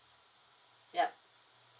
yup